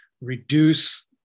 reduce